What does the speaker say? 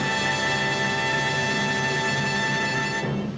and